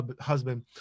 husband